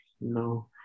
no